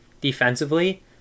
defensively